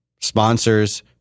Sponsors